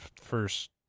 first